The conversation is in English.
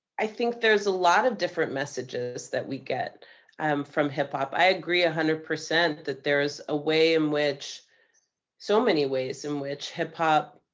i think there's a lot of different messages that we get um from hip-hop. i agree, one ah hundred percent, that there's a way in which so many ways in which hip-hop